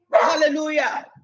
Hallelujah